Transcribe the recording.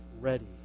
ready